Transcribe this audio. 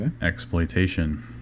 Exploitation